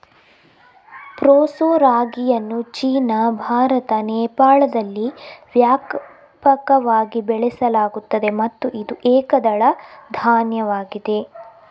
proso ರಾಗಿಯನ್ನು China, Bharat, ನೇಪಾಳದಲ್ಲಿ ವ್ಯಾಪಕವಾಗಿ ಬೆಳೆಸಲಾಗುತ್ತದೆ ಮತ್ತು ಇದು ಏಕದಳ ಧಾನ್ಯವಾಗಿದೆ